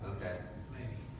Okay